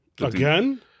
Again